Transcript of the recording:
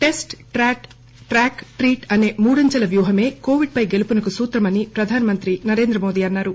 test track treat అనే మూడంచెల వ్యూహమే కోవిడ్ పై గెలుపుకు సూత్రమని ప్రధానమంత్రి నరేంద్ర మోదీ అన్నారు